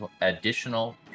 additional